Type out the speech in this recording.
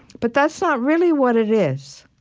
but that's not really what it is.